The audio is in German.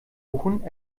buchen